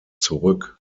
zurück